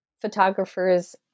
photographers